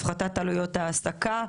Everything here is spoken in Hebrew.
הפחתת עלויות העסקה,